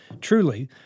Truly